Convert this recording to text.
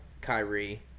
Kyrie